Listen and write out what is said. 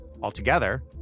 altogether